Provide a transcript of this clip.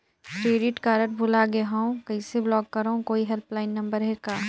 Credit card भुला गे हववं कइसे ब्लाक करव? कोई हेल्पलाइन नंबर हे का?